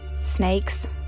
Snakes